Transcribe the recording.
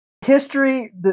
history